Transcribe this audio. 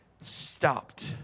stopped